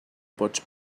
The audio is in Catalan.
pots